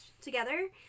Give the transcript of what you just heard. together